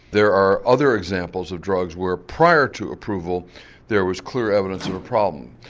there are other examples of drugs where prior to approval there was clear evidence of a problem.